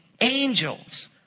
angels